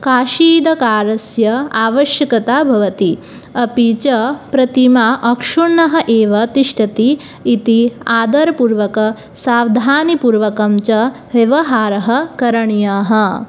काशीदकार्यस्य आवश्यकता भवति अपि च प्रतिमा अक्षुण्णः एव तिष्ठति इति आदरपूर्वकं सावधानिपूर्वकं च व्यवहारं करणीयम्